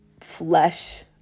flesh